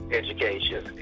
education